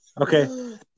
okay